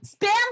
Spam